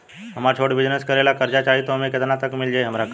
हमरा छोटा बिजनेस करे ला कर्जा चाहि त ओमे केतना तक मिल जायी हमरा कर्जा?